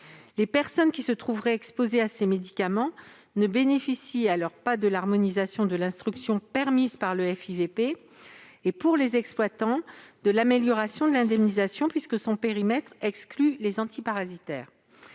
Les personnes qui se trouveraient exposées à ces médicaments ne bénéficient alors pas de l'harmonisation de l'instruction permise par le FIVP et, pour les exploitants, de l'amélioration de l'indemnisation, puisque son périmètre exclut les antiparasitaires.